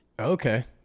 Okay